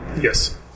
Yes